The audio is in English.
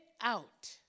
out